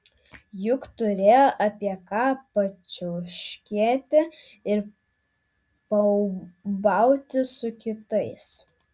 juk turėjo apie ką pačiauškėti ir paūbauti su kitais